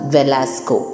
Velasco